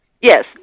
yes